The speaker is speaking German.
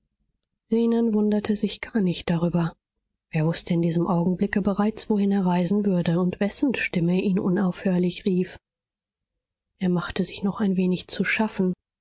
zenon wunderte sich gar nicht darüber er wußte in diesem augenblicke bereits wohin er reisen würde und wessen stimme ihn unaufhörlich rief er machte sich noch ein wenig zu schaffen